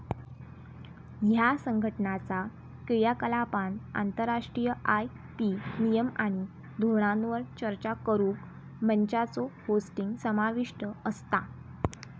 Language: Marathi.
ह्या संघटनाचा क्रियाकलापांत आंतरराष्ट्रीय आय.पी नियम आणि धोरणांवर चर्चा करुक मंचांचो होस्टिंग समाविष्ट असता